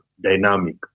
dynamic